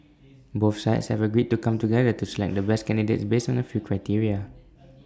both sides have agreed to come together to select the best candidates based on A few criteria